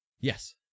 Yes